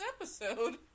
episode